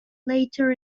later